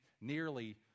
nearly